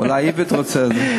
אולי איווט רוצה את זה.